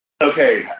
Okay